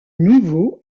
nouveau